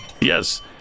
Yes